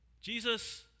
Jesus